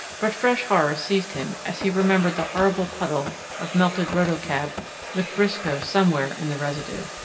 but fresh horror seized him as he remembered the horrible puddle of melted robotcab with briscoe somewhere in the residue.